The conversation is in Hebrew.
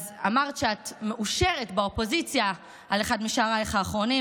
אז אמרת שאת מאושרת באופוזיציה על אחד משערייך האחרונים.